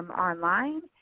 online.